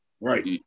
right